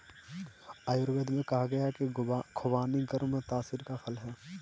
आयुर्वेद में कहा गया है कि खुबानी गर्म तासीर का फल है